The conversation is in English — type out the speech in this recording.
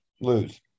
lose